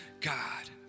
God